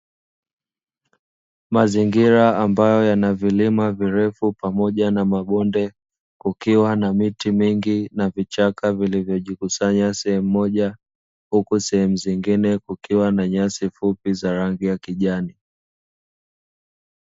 Mazingira ambayo yanavilima virefu pamoja na mabonde, kukiwa na miti mingi na vichaka vilivyojikusanya sehemu moja uku sehemu zingine kukiwa na nyasi fupi za rangi ya kijani.